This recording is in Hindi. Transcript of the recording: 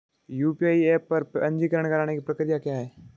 यू.पी.आई ऐप पर पंजीकरण करने की प्रक्रिया क्या है?